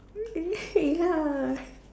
ya